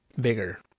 bigger